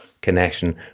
connection